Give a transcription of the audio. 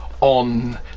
on